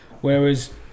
Whereas